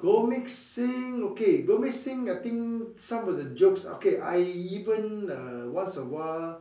Gurmit-Singh okay Gurmit-Singh I think some of the jokes okay I even uh once a while